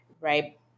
right